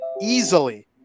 easily